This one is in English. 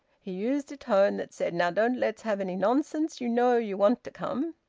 he used a tone that said now don't let's have any nonsense! you know you want to come.